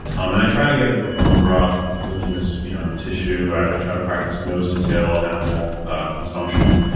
um and i try to get it from bone broth, from collagenous you know tissue. i try to practice nose to tail animal consumption.